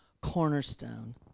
cornerstone